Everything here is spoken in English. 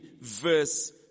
verse